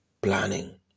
planning